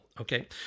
okay